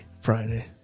Friday